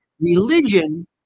Religion